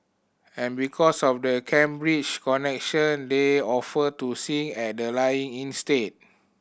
and because of the Cambridge connection they offered to sing at the lying in state